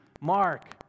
Mark